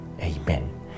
Amen